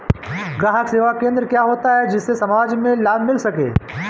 ग्राहक सेवा केंद्र क्या होता है जिससे समाज में लाभ मिल सके?